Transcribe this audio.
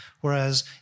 whereas